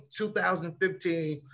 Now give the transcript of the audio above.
2015